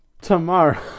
tomorrow